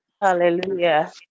hallelujah